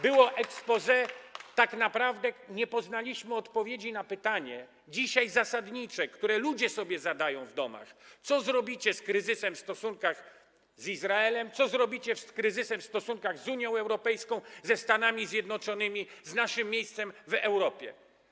Było exposé, ale tak naprawdę nie poznaliśmy odpowiedzi na zasadnicze dzisiaj pytanie, które ludzie sobie zadają w domach: Co zrobicie z kryzysem w stosunkach z Izraelem, co zrobicie z kryzysem w stosunkach z Unią Europejską, ze Stanami Zjednoczonymi, co zrobicie z naszym miejscem w Europie?